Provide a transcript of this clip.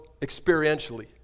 experientially